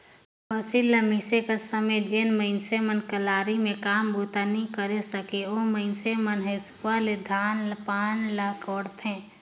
फसिल ल मिसे कर समे जेन मइनसे मन कलारी मे काम बूता नी करे सके, ओ मइनसे मन हेसुवा ले ही धान पान ल कोड़थे